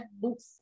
books